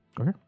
Okay